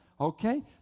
Okay